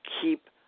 keep